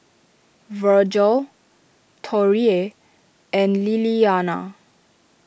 Virgel Torrie and Lillianna